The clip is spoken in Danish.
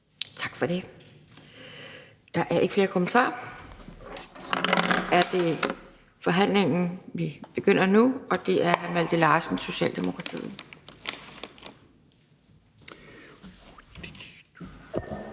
Tak for det. Der er ikke flere kommentarer. Vi begynder forhandlingen nu, og det er hr. Malte Larsen, Socialdemokratiet.